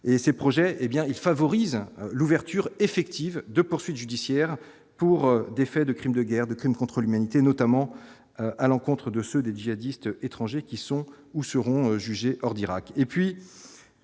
hé bien il favorise l'ouverture effective de poursuites judiciaires pour des faits de crimes de guerre, de crimes contre l'humanité, notamment à l'encontre de ceux des djihadistes étrangers qui sont ou seront jugés hors d'Irak